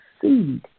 seed